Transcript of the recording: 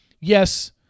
yes